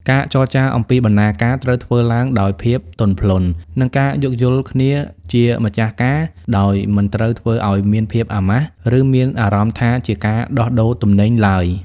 ការចរចាអំពីបណ្ណាការត្រូវធ្វើឡើងដោយភាពទន់ភ្លន់ និងការយោគយល់គ្នាជាម្ចាស់ការ ដោយមិនត្រូវធ្វើឱ្យមានភាពអាម៉ាស់ ឬមានអារម្មណ៍ថាជាការដោះដូរទំនិញឡើយ។